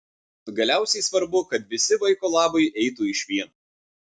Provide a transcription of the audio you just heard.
galiausiai svarbu kad visi vaiko labui eitų išvien